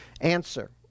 answer